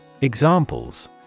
Examples